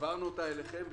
העברנו אותה אליכם.